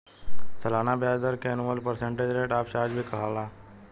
सलाना ब्याज दर के annual percent rate of charge भी कहाला